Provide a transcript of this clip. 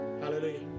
Hallelujah